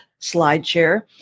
SlideShare